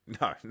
No